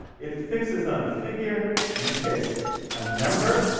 it fixes on a figure, in this case a number,